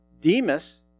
Demas